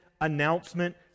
announcement